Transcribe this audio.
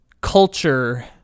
culture